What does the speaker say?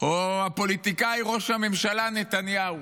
או הפוליטיקאי ראש הממשלה נתניהו.